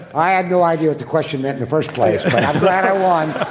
i have no idea what the question meant in the first place, but i'm glad i won. ah